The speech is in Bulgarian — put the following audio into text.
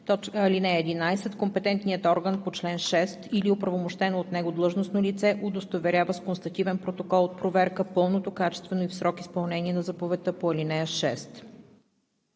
ѝ. (11) Компетентният орган по чл. 6 или оправомощено от него длъжностно лице удостоверява с констативен протокол от проверка пълното, качествено и в срок изпълнение на заповедта по ал. 6.“